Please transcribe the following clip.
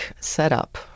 setup